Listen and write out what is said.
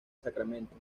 sacramento